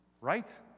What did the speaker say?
Right